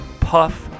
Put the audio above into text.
puff